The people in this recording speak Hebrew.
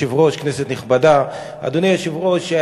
אדוני היושב-ראש,